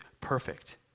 perfect